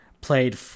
played